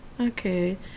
Okay